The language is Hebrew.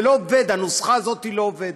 זה לא עובד, הנוסחה הזאת לא עובדת,